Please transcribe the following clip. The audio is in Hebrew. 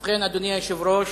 ובכן, אדוני היושב-ראש,